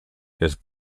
his